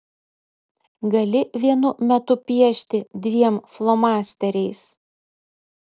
gali vienu metu piešti dviem flomasteriais